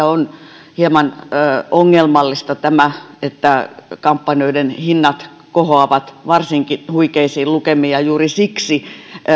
on hieman ongelmallista tämä että kampanjoiden hinnat kohoavat varsin huikeisiin lukemiin juuri siksi